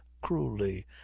cruelly